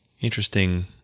interesting